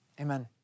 Amen